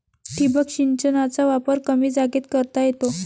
ठिबक सिंचनाचा वापर कमी जागेत करता येतो